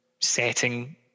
setting